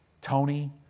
Tony